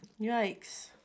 Yikes